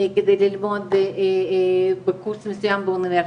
ללמוד בקורס מסוים באוניברסיטה,